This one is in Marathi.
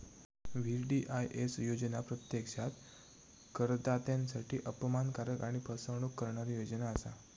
वी.डी.आय.एस योजना प्रत्यक्षात करदात्यांसाठी अपमानकारक आणि फसवणूक करणारी योजना असा